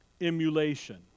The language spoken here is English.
Emulation